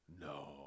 No